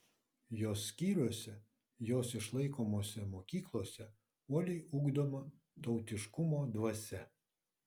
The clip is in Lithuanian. jos skyriuose jos išlaikomose mokyklose uoliai ugdoma tautiškumo dvasia